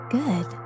good